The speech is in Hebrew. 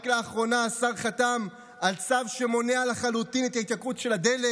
רק לאחרונה השר חתם על צו שמונע לחלוטין את ההתייקרות של הדלק